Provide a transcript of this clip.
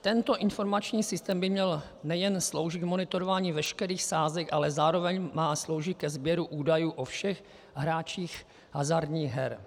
Tento informační systém by měl nejen sloužit k monitorování veškerých sázek, ale zároveň má sloužit ke sběru údajů o všech hráčích hazardních her.